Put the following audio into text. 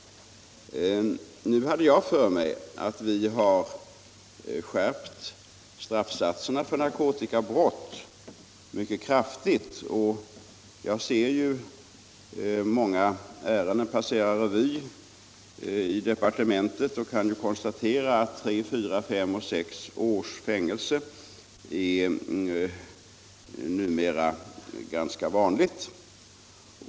Jag hade för mig att vi skärpt straffsatserna för narkotikabrott mycket kraftigt. Jag ser ju många ärenden passera revy i departementet och kan konstatera att tre, fyra, fem, sex års fängelse numera är ganska vanligt.